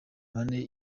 bane